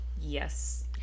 yes